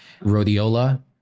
rhodiola